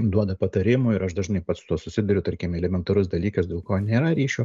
duoda patarimų ir aš dažnai pats su tuo susiduriu tarkim elementarus dalykas dėl ko nėra ryšio